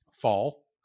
fall